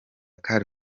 car